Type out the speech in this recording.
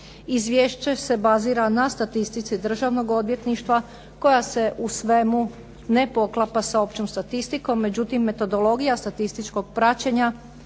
Izvješće se bazira na statistici državnog odvjetništva koja se u svemu ne poklapa sa općom statistikom međutim, metodologija statističkog praćenja